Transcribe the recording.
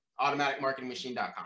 automaticmarketingmachine.com